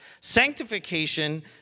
Sanctification